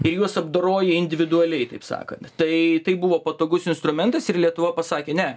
ir juos apdoroji individualiai taip sakant tai tai buvo patogus instrumentas ir lietuva pasakė ne